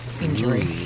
injury